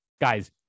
guys